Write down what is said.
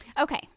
Okay